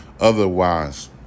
otherwise